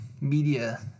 media